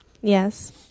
Yes